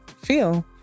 feel